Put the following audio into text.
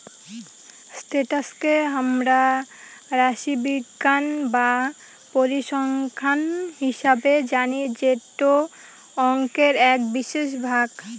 status কে হামরা রাশিবিজ্ঞান বা পরিসংখ্যান হিসেবে জানি যেটো অংকের এক বিশেষ ভাগ